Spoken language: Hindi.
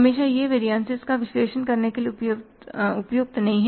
हमेशा यह वेरियनसिस का विश्लेषण करने के लिए उपयुक्त नहीं है